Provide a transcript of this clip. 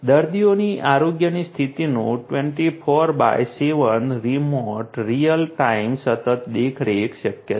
દર્દીઓની આરોગ્યની સ્થિતિનું 24x7 રીમોટ રીઅલ ટાઇમ સતત દેખરેખ શક્ય છે